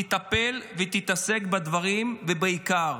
תטפל ותתעסק בדברים ובעיקר.